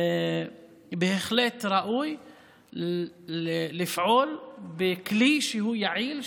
בהחלט ראוי לפעול בכלי שהוא יעיל,